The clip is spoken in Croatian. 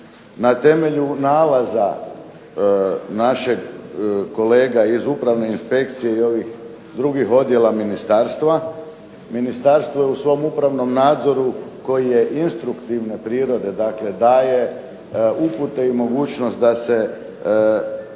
na temelju nalaza našeg kolega iz Upravne inspekcije i ovih drugih odjela ministarstva, ministarstvo je u svom upravnom nadzoru koji je instruktivne prirode, dakle daje upute i mogućnost da se